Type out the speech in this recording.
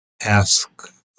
Ask